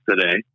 today